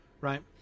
right